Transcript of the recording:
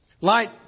Light